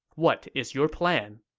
what is your plan?